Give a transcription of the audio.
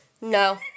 No